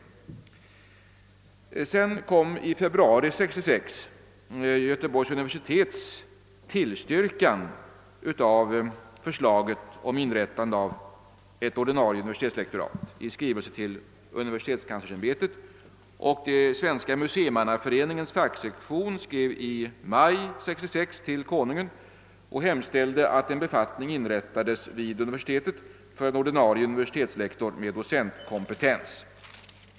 I februari 1966 kom i skrivelse till universitetskanslersämbetet Göteborgs universitets tillstyrkan av förslaget om inrättande av ett ordinarie universitetslektorat. Svenska museimannaföreningens facksektion skrev i maj 1966 till Konungen och hemställde att en befattning inrättades vid universitetet för en ordinarie universitetslektor med docentkompetens.